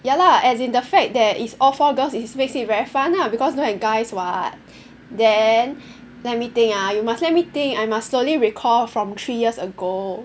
ya lah as in the fact that it's all four girls it's makes it very fun lah because don't have guys [what] then let me think ah you must let me think I must slowly recall from three years ago